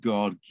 God